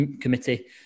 committee